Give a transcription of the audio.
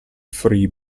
free